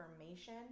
information